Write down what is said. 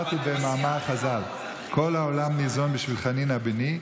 אז נזכרתי במאמר חז"ל: "כל העולם כולו ניזון בשביל חנינא בני,